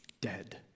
dead